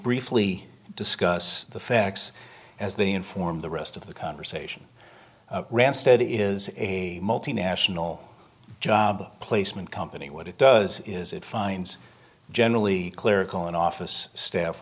briefly discuss the facts as they inform the rest of the conversation ran steady is a multinational job placement company what it does is it fines generally clerical and office staff